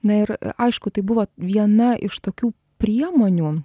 na ir aišku tai buvo viena iš tokių priemonių